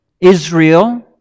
Israel